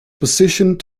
positioned